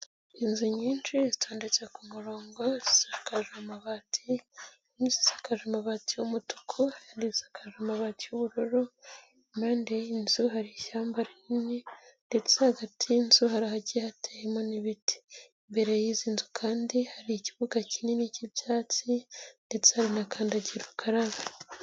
Inzu nyinshi zitondetse ku murongo zisakaje amabati, imwe isakarare amabati y'umutuku, indi isakaje amabati y'ubururu, impande y'inzu hari ishyamba rinini ndetse hagati y'inzu hari ahagiye hateyemo ibiti, imbere y'izi nzu kandi hari ikibuga kinini cy'ibyatsi ndetse hari na kandagira ukarabe.